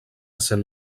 cent